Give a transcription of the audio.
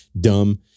dumb